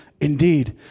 indeed